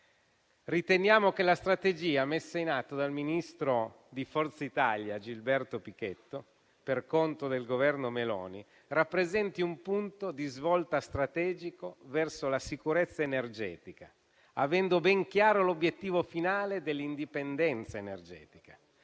Riteniamo che la strategia messa in atto dal ministro di Forza Italia Gilberto Pichetto Fratin per conto del Governo Meloni rappresenti un punto di svolta strategico verso la sicurezza energetica, avendo ben chiaro l'obiettivo finale dell'indipendenza energetica,